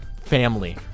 Family